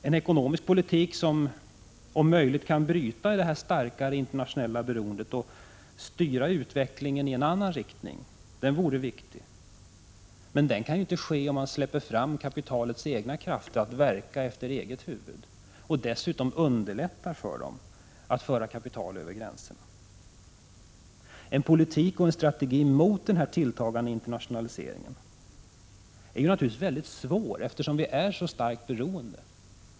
En ekonomisk politik som — om möjligt — kan bryta detta allt starkare internationella beroende och styra utvecklingen i en annan riktning, vore viktig. Men den kan ju inte föras om man släpper fram kapitalets egna krafter att verka efter eget huvud och dessutom underlättar för dem att föra kapital Över gränserna. En politik och en strategi mot denna tilltagande internationalisering är naturligtvis mycket svår att åstadkomma, eftersom vi redan är så starkt beroende.